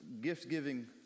gift-giving